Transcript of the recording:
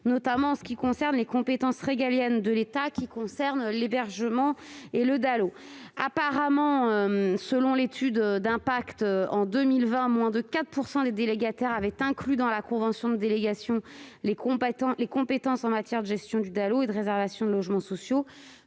notamment en ce qui concerne les compétences régaliennes de l'État en matière d'hébergement et de droit au logement opposable (DALO). Apparemment, selon l'étude d'impact, en 2020, moins de 4 % des délégataires avaient inclus dans la convention de délégation les compétences en matière de gestion du DALO et de réservation de logements sociaux.